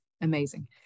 amazing